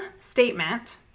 statement